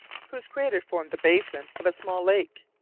whose crater formed the basin of a small lake.